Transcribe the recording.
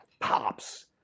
pops